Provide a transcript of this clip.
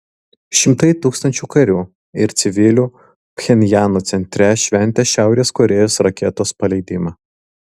šimtai tūkstančių karių ir civilių pchenjano centre šventė šiaurės korėjos raketos paleidimą